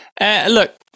Look